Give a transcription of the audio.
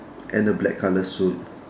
and a black colour suit